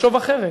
יחשוב אחרת.